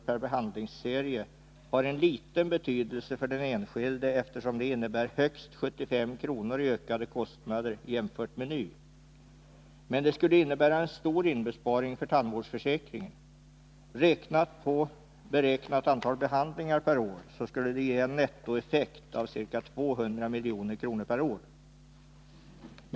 per behandlingsserie har liten betydelse för den enskilde, eftersom det innebär högst 75 kr. i ökade kostnader jämfört med nu, medan det skulle innebära en stor inbesparing för tandvårdsförsäkringen. Räknat på uppskattat antal behandlingar per år skulle det ge en nettoeffekt av ca 200 milj.kr. per år.